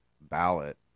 ballot